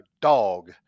Dog